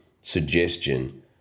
suggestion